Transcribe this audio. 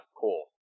cool